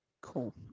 Cool